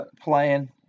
playing